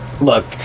look